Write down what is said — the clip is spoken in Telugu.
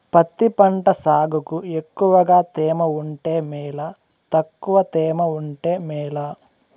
పత్తి పంట సాగుకు ఎక్కువగా తేమ ఉంటే మేలా తక్కువ తేమ ఉంటే మేలా?